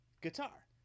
guitar